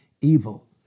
Evil